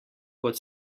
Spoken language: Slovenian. kot